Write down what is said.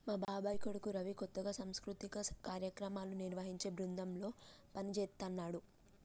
మా బాబాయ్ కొడుకు రవి కొత్తగా సాంస్కృతిక కార్యక్రమాలను నిర్వహించే బృందంలో పనిజేత్తన్నాడు